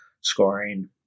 scoring